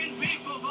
people